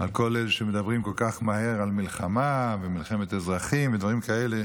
על כל אלה שמדברים כל כך מהר על מלחמה ועל מלחמת אזרחים ודברים כאלה,